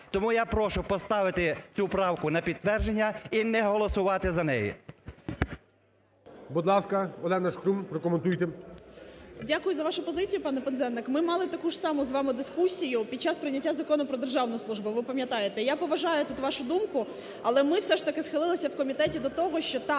Тому я прошу поставити цю правку на підтвердження і не голосувати за неї. ГОЛОВУЮЧИЙ. Будь ласка, Олена Шкрум, прокоментуйте. 17:52:40 ШКРУМ А.І. Дякую за вашу позицію, пане Пинзеник. Ми мали таку ж саму з вами дискусію під час прийняття Закону про державну службу, ви пам'ятаєте. Я поважаю тут вашу думку, але ми все ж таки схилилися в комітеті до того, що так,